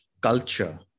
culture